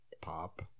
Pop